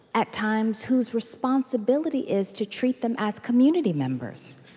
at times, whose responsibility is to treat them as community members.